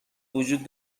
وجود